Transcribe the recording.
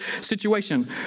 situation